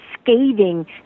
scathing